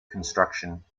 construction